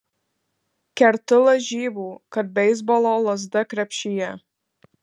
kertu lažybų kad beisbolo lazda krepšyje